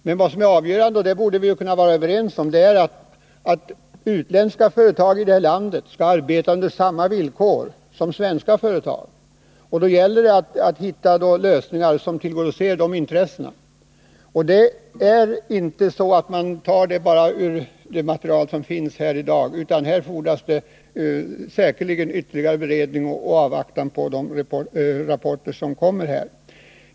Men avgörande är — och det borde vi kunna vara överens om — att utländska företag i det här landet skall arbeta under samma villkor som svenska företag. Det gäller alltså att hitta lösningar som tillgodoser de intressena. Och ett sådant förslag kan inte tas fram ur det material som finns i dag, utan det fordras säkerligen ytterligare beredning och avvaktan på de rapporter som kommer att avlämnas.